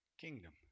kingdom